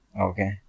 Okay